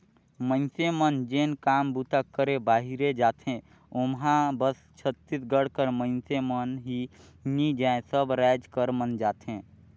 मइनसे मन जेन काम बूता करे बाहिरे जाथें ओम्हां बस छत्तीसगढ़ कर मइनसे मन ही नी जाएं सब राएज कर मन जाथें